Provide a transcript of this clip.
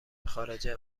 خارجه